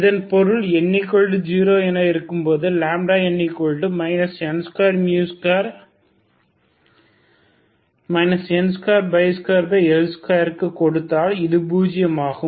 இதன் பொருள் n0 என n n22L2 க்கு கொடுத்தால் இது பூஜியமாகும்